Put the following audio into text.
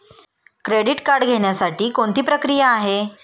Credit card घेण्यासाठी कोणती प्रक्रिया आहे?